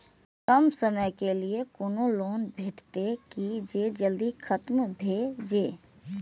कम समय के लीये कोनो लोन भेटतै की जे जल्दी खत्म भे जे?